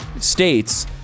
states